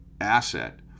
asset